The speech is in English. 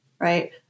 right